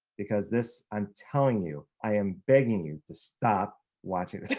because, this, i'm telling you, i am begging you to stop watching.